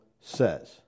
says